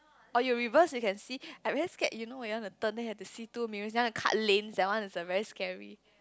or you reverse you can see I very scared you know when you want to turn then you have to see two mirrors then want to cut lanes that one is very scary